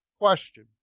question